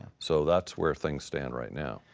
so that's where things stand right now.